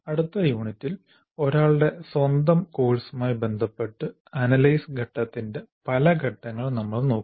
അടുത്ത യൂണിറ്റിൽ ഒരാളുടെ സ്വന്തം കോഴ്സുമായി ബന്ധപ്പെട്ട് അനലൈസ് ഘട്ടത്തിന്റെ പല ഘട്ടങ്ങൾ നമ്മൾ നോക്കും